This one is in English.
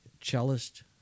cellist